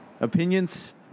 Opinions